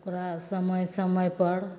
ओकरा समय समयपर